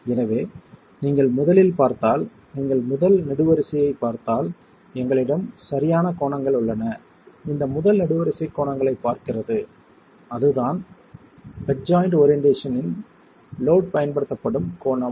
எனவே நீங்கள் முதலில் பார்த்தால் நீங்கள் முதல் நெடுவரிசையைப் பார்த்தால் எங்களிடம் சரியான கோணங்கள் உள்ளன இந்த முதல் நெடுவரிசை கோணங்களைப் பார்க்கிறது அதுதான் பெட் ஜாய்ண்ட் ஓரியென்ட்டேஷன்யின் இல் லோட் பயன்படுத்தப்படும் கோணம்